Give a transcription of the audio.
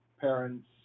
parents